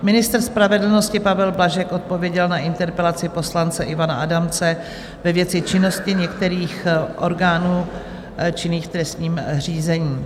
Ministr spravedlnosti Pavel Blažek odpověděl na interpelaci poslance Ivana Adamce ve věci činnosti některých orgánů činných v trestním řízení.